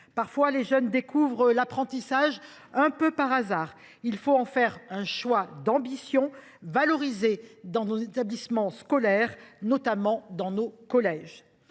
Parfois, les jeunes découvrent l’apprentissage un peu par hasard. Il faut en faire un choix d’ambition valorisé dans nos établissements scolaires, notamment dans nos collèges.